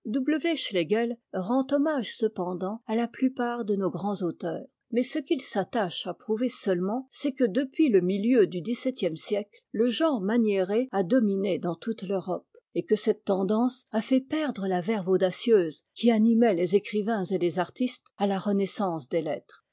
schlegel rend hommage cependant à la plupart de nos grands auteurs mais ce qu'il s'attache à prouver seulement c'est que depuis le milieu du dix-septième siècle le genre maniéré a dominé dans toute l'europe et que cette tendance a fait perdre la verve audacieuse qui animait les écrivains et les artistes à ta renaissance des lettres